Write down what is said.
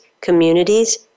communities